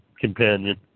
companion